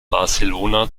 barcelona